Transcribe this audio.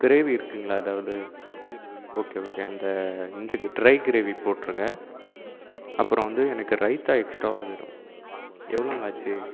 gravy இருக்குதுங்களா ஏதாவது okay okay அந்த இந்த ட்ரை கிரேவி போட்டுருங்கள் அப்புறம் வந்து எனக்கு ரைத்தா எக்ஸ்ட்ராவா வேணும் எவ்வளோங்க ஆச்சு